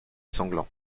sanglant